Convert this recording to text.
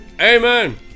Amen